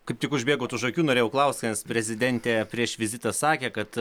kaip tik užbėgot už akių norėjau klaust nes prezidentė prieš vizitą sakė kad